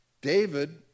David